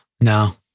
No